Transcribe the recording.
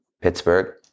Pittsburgh